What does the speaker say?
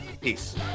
Peace